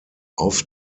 auf